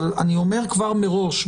אני אומר כבר מראש,